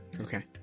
Okay